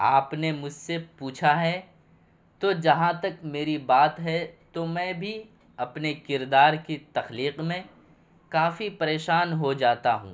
آپ نے مجھ سے پوچھا ہے تو جہاں تک میری بات ہے تو میں بھی اپنے کردار کی تخلیق میں کافی پریشان ہو جاتا ہوں